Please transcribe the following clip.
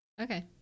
Okay